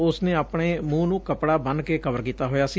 ਉਸ ਨੇ ਆਪਣੇ ਮੂੰਹ ਨੂੰ ਕੱਪੜਾ ਬੰਨੂ ਕੇ ਕਵਰ ਕੀਤਾ ਹੋਇਆ ਸੀ